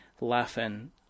laughing